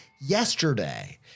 yesterday